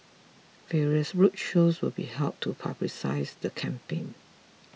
various roadshows will be held to publicise the campaign